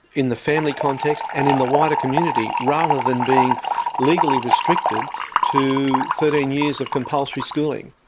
in the family context and in the wider community, rather than being legally restricted to thirteen years of compulsory schooling.